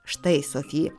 štai sofija